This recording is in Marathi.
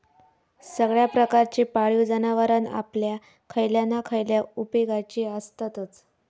सगळ्या प्रकारची पाळीव जनावरां आपल्या खयल्या ना खयल्या उपेगाची आसततच